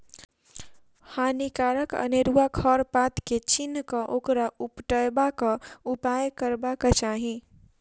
हानिकारक अनेरुआ खर पात के चीन्ह क ओकरा उपटयबाक उपाय करबाक चाही